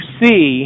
see